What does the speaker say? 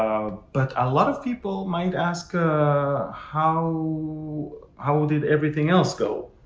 but a lot of people might ask ah how how did everything else go?